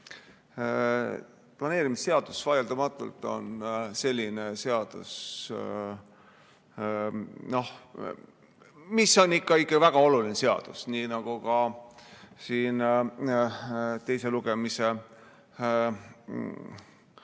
Planeerimisseadus on vaieldamatult selline seadus, mis on ikka väga oluline seadus, nii nagu ka siin teise lugemise